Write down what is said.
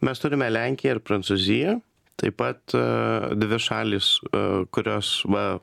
mes turime lenkiją ir prancūziją taip pat dvi šalys kurios va